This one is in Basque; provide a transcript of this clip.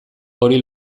hori